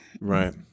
Right